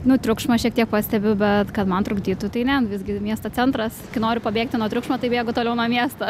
nu triukšmo šiek tiek pastebiu bet kad man trukdytų tai ne visgi miesto centras noriu pabėgti nuo triukšmo taip bėgu toliau nuo miesto